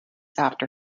after